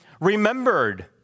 remembered